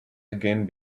again